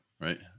right